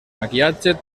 maquillatge